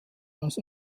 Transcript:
als